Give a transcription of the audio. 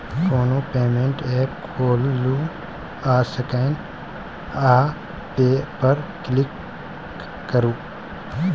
कोनो payment app खोलु आ स्कैन आ पे पर क्लिक करु